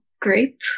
grape